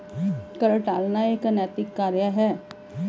कर टालना एक अनैतिक कार्य है